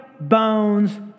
bones